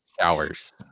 Showers